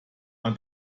man